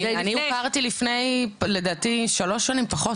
אני הוכרתי לפני שלוש שנים, פחות אפילו.